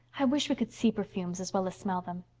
i wish we could see perfumes as well as smell them.